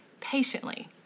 patiently